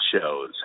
shows